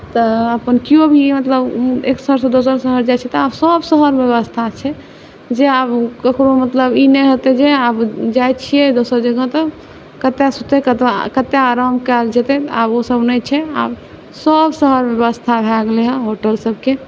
तऽ अपन किओ भी मतलब एक शहरसँ दोसर शहर जाइ छै तऽ आब सब शहरके बेबस्था छै जे आब ककरो मतलब ई नहि हेतै जे आब जाइ छिए दोसर जगह तऽ कतऽ सुततै कतऽ आराम कएल जेतै आब ओसब नहि छै आब सब शहर बेबस्था भऽ गेलै हँ होटलसबके